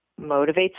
motivates